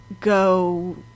go